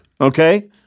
okay